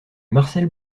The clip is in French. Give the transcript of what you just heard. marcel